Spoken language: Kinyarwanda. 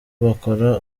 bakora